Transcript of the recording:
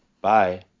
Bye